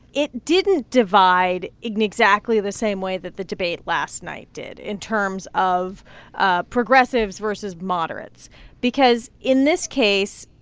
it didn't divide in exactly the same way that the debate last night did in terms of ah progressives versus moderates because, in this case,